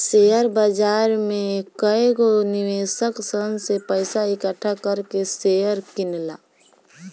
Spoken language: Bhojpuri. शेयर बाजार में कएगो निवेशक सन से पइसा इकठ्ठा कर के शेयर किनला